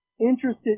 interested